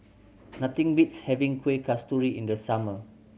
nothing beats having Kueh Kasturi in the summer